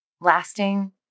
lasting